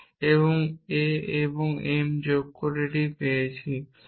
আমি a এবং m যোগ করে এটি পেয়েছি